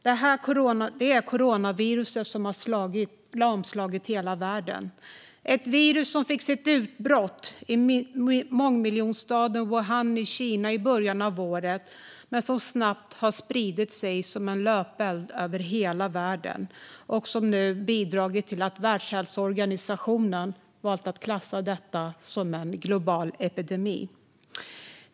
Det är coronaviruset som har lamslagit hela världen - ett virus som fick sitt utbrott i mångmiljonstaden Wuhan i Kina i början av året men som har spridit sig som en löpeld över hela världen, vilket nu gjort att Världshälsoorganisationen valt att klassa det som en global epidemi.